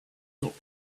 north